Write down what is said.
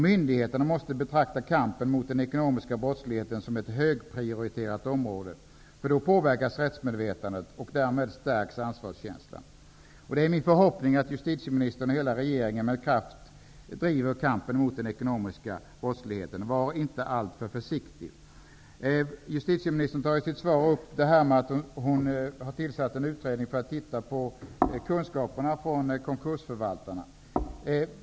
Myndigheterna måste betrakta kampen mot den ekonomiska brottsligheten som ett högprioriterat område, för då påverkas människors rättsmedvetande och därmed ansvarskänslan. Det är min förhoppning att justitieministern och hela regeringen med kraft driver kampen mot den ekonomiska brottsligheten. Var inte alltför försiktig! Justitieministern tar i sitt svar upp att hon har tillsatt en utredning för att titta på kunskaperna hos konkursförvaltarna.